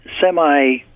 semi